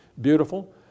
beautiful